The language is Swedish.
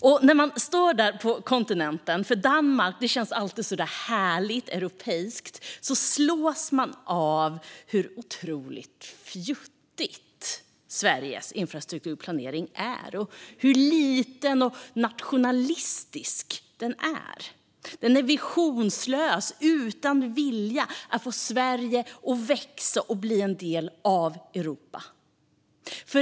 Och när man står där på kontinenten - Danmark känns alltid så där härligt europeiskt - slås man av hur otroligt fjuttig Sveriges infrastrukturplanering är och hur liten och nationalistisk den är. Den är visionslös utan vilja att få Sverige att växa och bli en del av Europa.